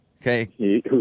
Okay